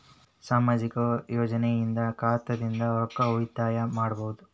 ಸಾಮಾಜಿಕ ಯೋಜನೆಯಿಂದ ಖಾತಾದಿಂದ ರೊಕ್ಕ ಉಳಿತಾಯ ಮಾಡಬಹುದ?